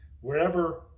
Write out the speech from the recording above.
wherever